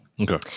Okay